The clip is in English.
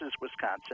Wisconsin